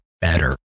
better